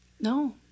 No